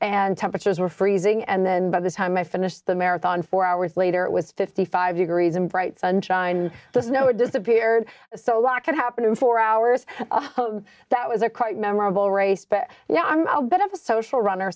and temperatures were freezing and then by the time i finished the marathon four hours later it was fifty five degrees and bright sunshine the snow disappeared so a lot could happen in four hours that was a quite memorable race but now i'm a bit of a social runner